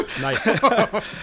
Nice